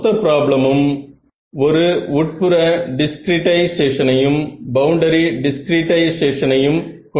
மொத்த பிராப்ளமும் ஒரு உட்புற டிஸ்கிரீடைசேஷனையும் பவுண்டரி டிஸ்கிரீடைசேஷனையும் கொண்டிருக்கிறது